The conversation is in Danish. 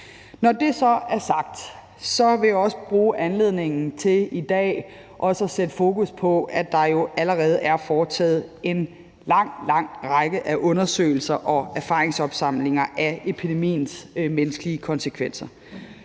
Når det så er sagt, vil jeg bruge anledningen til i dag også at sætte fokus på, at der jo allerede er foretaget en lang, lang række af undersøgelser og erfaringsopsamlinger af epidemiens menneskelige konsekvenser